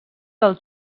del